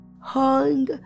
hung